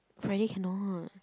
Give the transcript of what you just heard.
Friday cannot